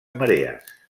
marees